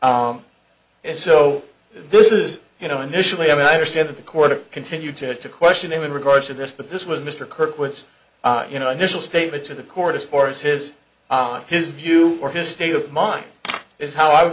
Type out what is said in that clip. and so this is you know initially i mean i understand that the court continued to have to question him in regards to this but this was mr kirkwood's you know initial statement to the court as far as his his view or his state of mind is how i would